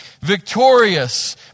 victorious